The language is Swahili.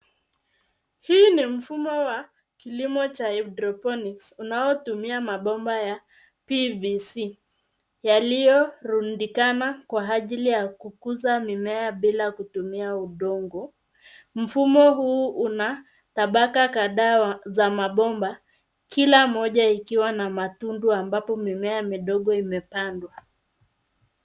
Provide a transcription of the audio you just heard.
Hii ni mfumo wa kilimo cha hydroponics unaotumia mabomba ya PVC yaliyorundikana kwa ajili ya kukuza mimea bila kutumia udongo. Mfumo huu una tabaka kadhaa za mabomba kila moja ikiwa na matundu ambapo mimea midogo imepandwa.